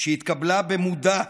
שהתקבלה במודע,